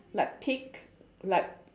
like pig like